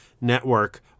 network